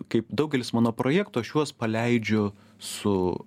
kaip daugelis mano projektų aš juos paleidžiu su